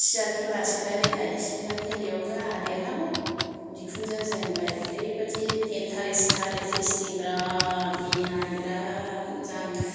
सियार खेला सेलाय लायनाय सियार खेलायावबो आंहा देरहाबाय बिखुनजोआ जेनबाय ओरैबायदि एन्टारेस्टखा आरो इन्टारेसटिं बेराद मिनिनाय बेराद मोजां